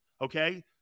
Okay